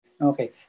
Okay